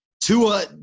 Tua